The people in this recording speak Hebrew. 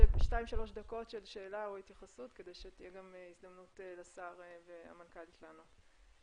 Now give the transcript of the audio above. של שאלה או התייחסות כדי שתהיה הזדמנות גם לשר ולמנכ"לית לענות.